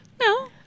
No